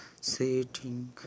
sitting